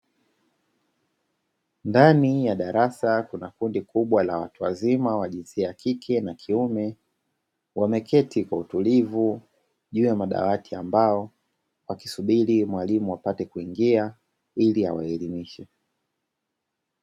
Ndani ya darasa kuna kundi kubwa la watu wazima wa jinsia ya kike na yakiume, wameketi kwa utulivu juu ya madawati ya mbao, wakisubiri mwalimu apate kuingia ili awaelimishe.